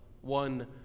one